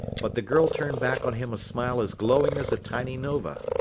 but the girl turned back on him a smile as glowing as a tiny nova.